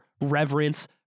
reverence